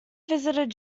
visited